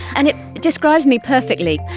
and it describes me perfectly.